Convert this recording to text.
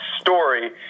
story